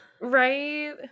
Right